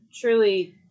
truly